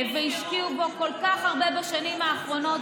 השקיעו בו כל כך הרבה בשנים האחרונות,